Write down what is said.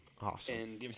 awesome